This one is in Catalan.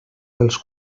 pels